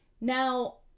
Now